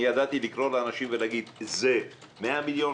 אני ידעתי לקרוא לאנשים ולהגיד להם שגם אם זה יהיה 100 מיליון,